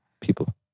people